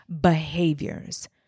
behaviors